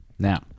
Now